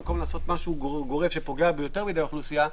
במקום לעשות משהו גורף שפוגע באוכלוסייה רבה,